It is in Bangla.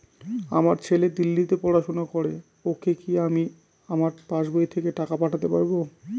আমার ছেলে দিল্লীতে পড়াশোনা করে ওকে কি আমি আমার পাসবই থেকে টাকা পাঠাতে পারব?